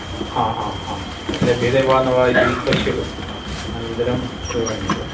हा हा हा लभ्यते वा न वा इति पश्यतु अनन्तरं दूरवाणीं करोतु